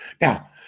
now